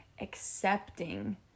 accepting